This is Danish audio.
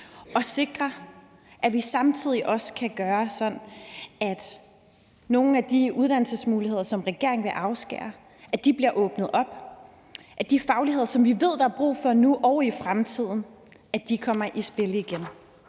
og sikre, at vi samtidig også kan gøre det sådan, at nogle af de uddannelsesmuligheder, som regeringen vil afskære folk fra, bliver åbnet op, at de fagligheder, som vi ved der er brug for nu og i fremtiden, kommer i spil igen.